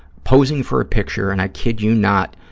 posing for a picture, and, i kid you not,